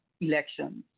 elections